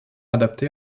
adaptés